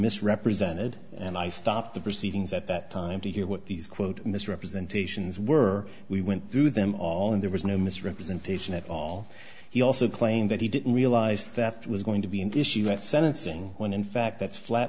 misrepresented and i stopped the proceedings at that time to hear what these quote misrepresentations were we went through them all and there was no misrepresentation at all he also claimed that he didn't realize that was going to be an issue at sentencing when in fact that's flat